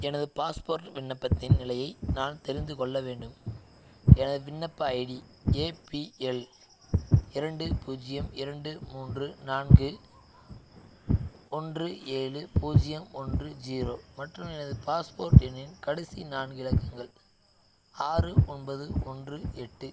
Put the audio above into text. எனது பாஸ்போர்ட் விண்ணப்பத்தின் நிலையை நான் தெரிந்து கொள்ள வேண்டும் எனது விண்ணப்ப ஐடி ஏபிஎல் இரண்டு பூஜ்ஜியம் இரண்டு மூன்று நான்கு ஒன்று ஏழு பூஜ்ஜியம் ஒன்று ஜீரோ மற்றும் எனது பாஸ்போர்ட் எண்ணின் கடைசி நான்கு இலக்கங்கள் ஆறு ஒன்பது ஒன்று எட்டு